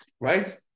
right